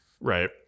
right